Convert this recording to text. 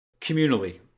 communally